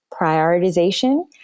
prioritization